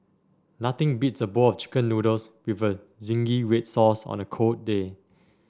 nothing beats a bowl of chicken noodles with zingy red sauce on a cold day